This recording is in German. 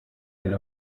ein